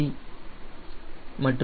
c a